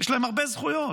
יש להם הרבה זכויות,